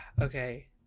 Okay